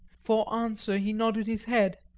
for answer he nodded his head.